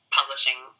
publishing